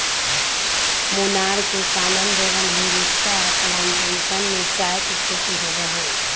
मुन्नार में Kanan Devan hills plantation में चाय के खेती होबा हई